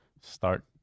start